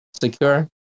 secure